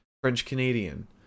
French-Canadian